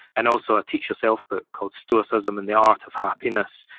and also a teach yourself book called stoicism and the art of happiness.